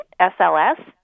SLS